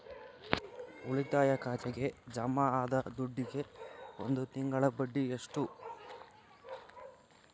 ಉಳಿತಾಯ ಖಾತೆಗೆ ಜಮಾ ಆದ ದುಡ್ಡಿಗೆ ಒಂದು ತಿಂಗಳ ಬಡ್ಡಿ ಎಷ್ಟು?